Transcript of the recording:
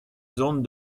zont